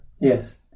Yes